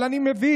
אבל אני מבין,